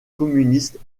communistes